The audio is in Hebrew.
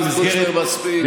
קושניר, מספיק, מספיק.